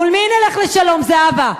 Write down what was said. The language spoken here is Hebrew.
מול מי נלך לשלום, זהבה?